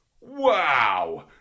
Wow